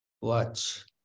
Watch